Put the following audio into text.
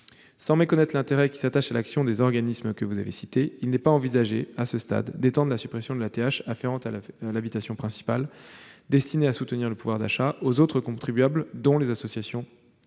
Sans méconnaître l'intérêt qui s'attache à l'action des organismes que vous avez cités, il n'est pas envisagé, à ce stade, d'étendre la suppression de la taxe d'habitation afférente à l'habitation principale, destinée à soutenir le pouvoir d'achat, aux autres contribuables, dont les associations sans